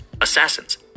assassins